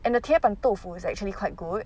and the 铁板豆腐 is actually quite good